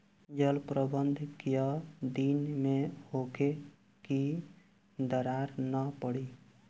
जल प्रबंधन केय दिन में होखे कि दरार न पड़ी?